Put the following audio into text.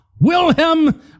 Wilhelm